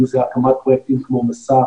אם זה בהקמת פרויקטים כמו 'מסע'